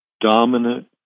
dominant